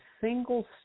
single